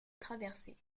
traversée